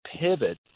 pivot